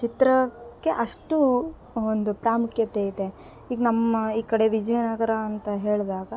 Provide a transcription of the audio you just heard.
ಚಿತ್ರಕ್ಕೆ ಅಷ್ಟು ಒಂದು ಪ್ರಾಮುಖ್ಯತೆ ಇದೆ ಈಗ ನಮ್ಮ ಈ ಕಡೆ ವಿಜಯನಗರ ಅಂತ ಹೇಳಿದಾಗ